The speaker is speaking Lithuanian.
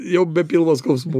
jau be pilvo skausmų